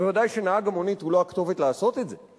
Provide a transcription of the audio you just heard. ודאי שנהג המונית הוא לא הכתובת לעשות את זה.